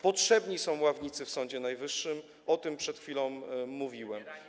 Potrzebni są ławnicy w Sądzie Najwyższym, o czym przed chwilą mówiłem.